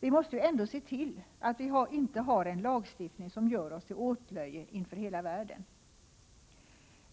Vi måste ju ändå se till att vi inte har en lagstiftning som gör oss till åtlöje inför hela världen.